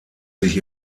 sich